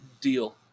Deal